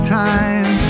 time